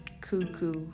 Cuckoo